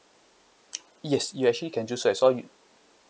yes you actually can do say as well